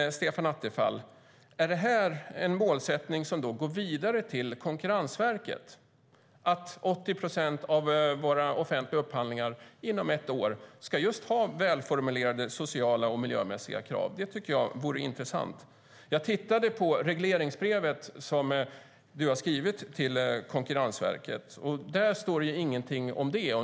Är detta en målsättning som går vidare till Konkurrensverket, att inom ett år ska 80 procent av våra offentliga upphandlingar ha välformulerade sociala och miljömässiga krav? Det vore intressant att höra. Jag har läst regleringsbrevet som du, Stefan Attefall, har skrivit till Konkurrensverket, men där står inget om det.